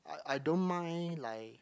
I I don't mind like